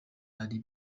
ari